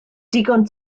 digon